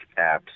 apps